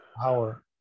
power